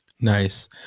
nice